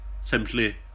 simply